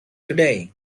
today